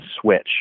Switch